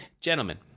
Gentlemen